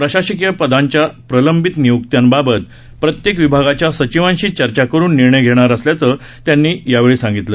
प्रशासकीय पदांच्या प्रलंबित नियुक्तांबाबत प्रत्येक विभागाच्या सचिवांशी चर्चा करून निर्णय घेणार असल्याचं त्यांनी यावेळी सांगितलं